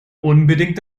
unbedingt